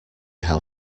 how